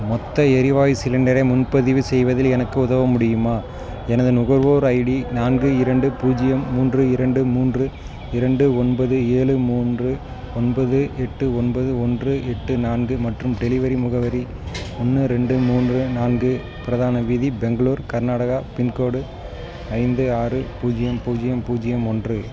மொத்த எரிவாயு சிலிண்டரை முன்பதிவு செய்வதில் எனக்கு உதவ முடியுமா எனது நுகர்வோர் ஐடி நான்கு இரண்டு பூஜ்ஜியம் மூன்று இரண்டு மூன்று இரண்டு ஒன்பது ஏழு மூன்று ஒன்பது எட்டு ஒன்பது ஒன்று எட்டு நான்கு மற்றும் டெலிவரி முகவரி ஒன்று ரெண்டு மூன்று நான்கு பிரதான வீதி பெங்களூர் கர்நாடகா பின்கோடு ஐந்து ஆறு பூஜ்ஜியம் பூஜ்ஜியம் பூஜ்ஜியம் ஒன்று